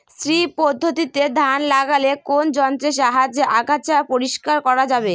শ্রী পদ্ধতিতে ধান লাগালে কোন যন্ত্রের সাহায্যে আগাছা পরিষ্কার করা যাবে?